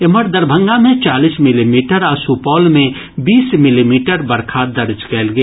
एम्हर दरभंगा मे चालीस मिलीमीटर आ सुपौल मे बीस मिलीमीटर बरखा दर्ज कयल गेल